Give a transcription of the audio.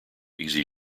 easy